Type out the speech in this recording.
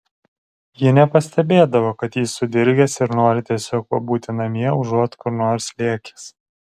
ji nepastebėdavo kad jis sudirgęs ir nori tiesiog pabūti namie užuot kur nors lėkęs